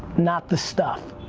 not the stuff.